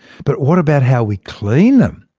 but what about how we clean them?